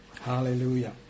Hallelujah